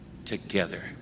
together